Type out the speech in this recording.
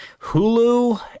Hulu